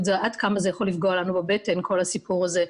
זה עד כמה יכול לפגוע לנו בבטן כל הסיפור הזה.